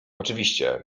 oczywiście